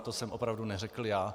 To jsem opravdu neřekl já.